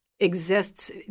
exists